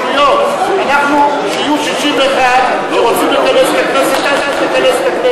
שיהיו 61 שרוצים לכנס את הכנסת.